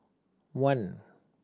one